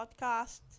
Podcast